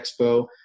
expo